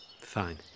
Fine